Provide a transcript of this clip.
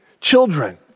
Children